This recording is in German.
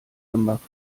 gemacht